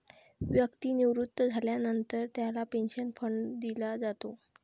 व्यक्ती निवृत्त झाल्यानंतर त्याला पेन्शन फंड दिला जातो